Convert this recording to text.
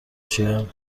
چیه